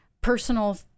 personal